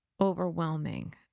overwhelming